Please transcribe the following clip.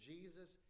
Jesus